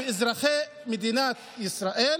ישראל,